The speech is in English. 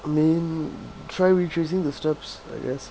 I mean try retracing the steps I guess